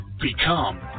become